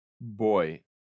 Boy